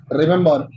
remember